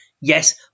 yes